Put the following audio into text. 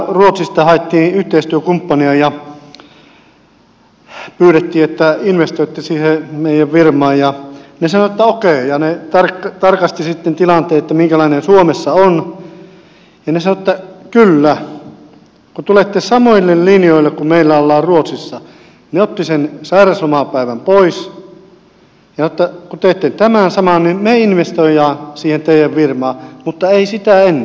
aikanaan ruotsista haettiin yhteistyökumppania ja pyydettiin että investoitte siihen meidän firmaan ja he sanoivat että okei ja he tarkastivat sitten minkälainen tilanne suomessa on ja he sanoivat että kyllä kun tulette samoille linjoille kuin millä meillä ollaan ruotsissa he ottivat sen sairauslomapäivän pois kun teette saman niin me investoimme siihen teidän firmaan mutta ei sitä ennen